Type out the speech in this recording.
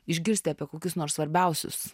išgirsti apie kokius nors svarbiausius